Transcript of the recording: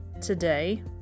today